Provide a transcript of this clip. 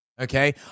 Okay